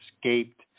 escaped